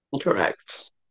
Correct